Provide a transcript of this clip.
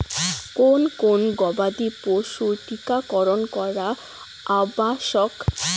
কোন কোন গবাদি পশুর টীকা করন করা আবশ্যক?